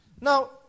Now